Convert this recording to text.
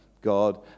God